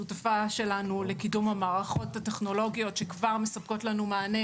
השותפה שלנו לקידום המערכות הטכנולוגיות שכבר מספקות לנו מענה,